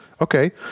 Okay